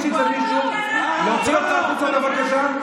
להוציא אותה החוצה, בבקשה.